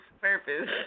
purpose